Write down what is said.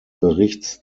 berichts